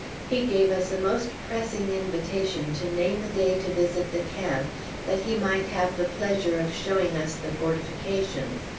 he gave us a most pressing invitation to name a day to visit the camp that he might have the pleasure of showing us the fortifications,